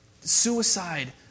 suicide